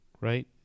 right